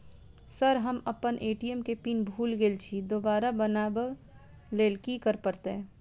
Sir हम अप्पन ATM केँ पिन भूल गेल छी दोबारा बनाब लैल की करऽ परतै?